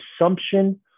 assumption